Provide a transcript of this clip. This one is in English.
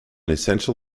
essential